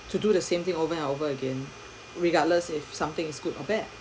to do the same thing over and over again regardless if something is good or bad